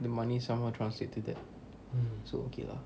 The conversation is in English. the money somehow translate to that so okay lah